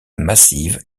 massives